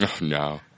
No